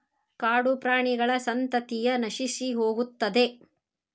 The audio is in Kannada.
ಕಾಡುಪ್ರಾಣಿಗಳ ಸಂತತಿಯ ನಶಿಸಿಹೋಗುತ್ತದೆ